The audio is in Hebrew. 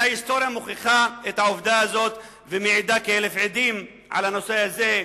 וההיסטוריה מוכיחה את העובדה הזאת ומעידה כאלף עדים על הנושא הזה.